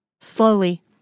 Slowly